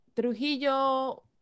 Trujillo